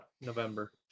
November